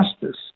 justice